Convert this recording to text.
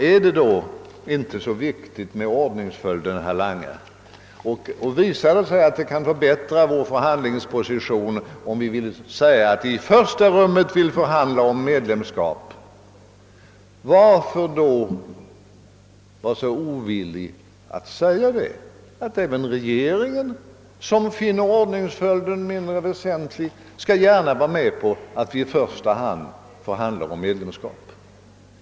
Är det inte så viktigt med ordningsföljden, herr Lange, och visar det sig att vi kan förbättra vår förhandlings Position om vi vill förklara att vi i första rummet vill förhandla om medlemskap, varför då vara så ovillig att säga att även regeringen gärna skall vara med på att i första hand förhandla om medlemskap?